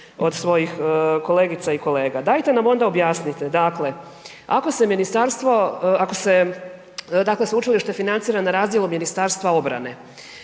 od svojih kolegica i kolega. Dajte nam onda objasnite, dakle ako se ministarstvo, ako se, dakle sveučilište financira na razdjelu Ministarstva obrane,